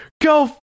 go